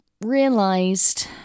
realized